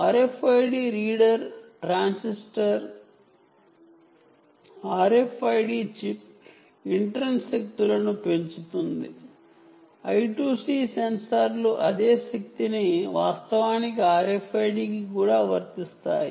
RFID readers transmits power RFID chip మరియు I2C powers up అదే శక్తి వాస్తవానికి RFID సెన్సార్లు కి కూడా వర్తిస్తాయి